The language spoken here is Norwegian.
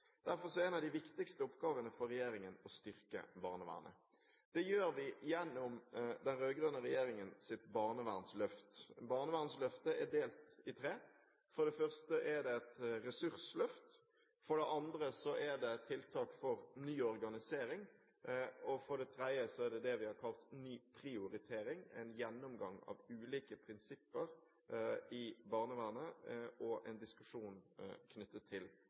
Derfor er en av de viktigste oppgavene for regjeringen å styrke barnevernet. Det gjør vi gjennom den rød-grønne regjeringens barnevernsløft. Barnevernsløftet er delt i tre: for det første er det et ressursløft for det andre er det tiltak for ny organisering for det tredje er det det vi har kalt «Ny prioritering», en gjennomgang av ulike prinsipper i barnevernet og en diskusjon knyttet til